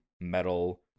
metal